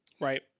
Right